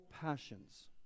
passions